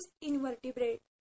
invertebrate